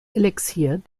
elixier